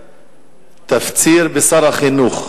שתפציר בשר החינוך,